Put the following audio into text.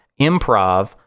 improv